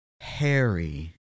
Harry